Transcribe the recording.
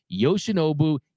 Yoshinobu